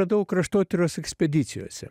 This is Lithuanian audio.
radau kraštotyros ekspedicijose